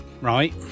right